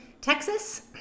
Texas